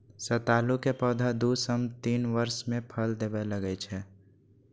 सतालू के पौधा दू सं तीन वर्ष मे फल देबय लागै छै